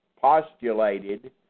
postulated